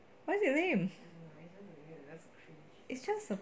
why is it lame it's just a